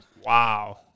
Wow